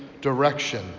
direction